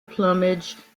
plumage